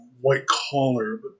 white-collar